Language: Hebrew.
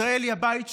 ישראל היא הבית שלי,